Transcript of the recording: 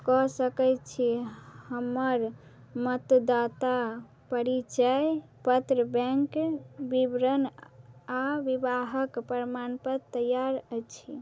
कऽ सकय छी हमर मतदाता परिचय पत्र बैंक विवरण आओर विवाहक प्रमाणपत्र तैयार अछि